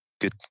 good